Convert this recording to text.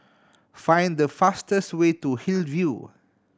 find the fastest way to Hillview